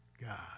God